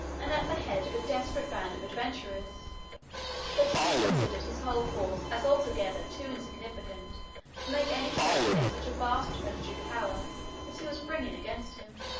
and at the head of a desperate band of adventurers but he considered his whole force as altogether too insignificant to make any stand against such a vast military power as he was bringing against him.